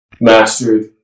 mastered